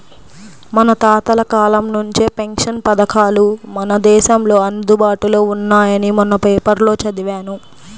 మన తాతల కాలం నుంచే పెన్షన్ పథకాలు మన దేశంలో అందుబాటులో ఉన్నాయని మొన్న పేపర్లో చదివాను